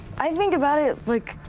i think about it like,